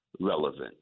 relevant